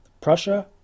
prussia